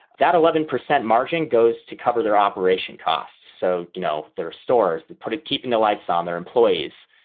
that eleven percent margin goes to cover their operation costs. so, you know, there are stores that put it keeping the lights on their employees.